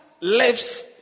lives